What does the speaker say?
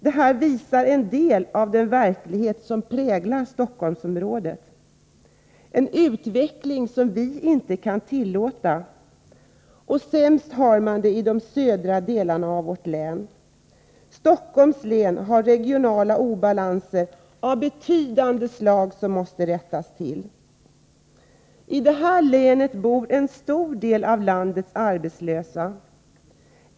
Det här visar en del av den verklighet som präglar Stockholmsområdet — en utveckling som vi inte kan tillåta. Sämst har man det i de södra delarna av vårt län. Stockholms län har regionala obalanser av betydande slag som måste rättas till. I detta län bor en stor del av landets arbetslösa.